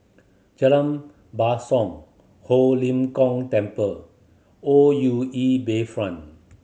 Jalan Basong Ho Lim Kong Temple O U E Bayfront